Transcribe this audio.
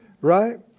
right